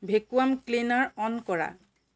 vacuum cleaner on কৰা